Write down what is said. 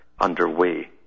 underway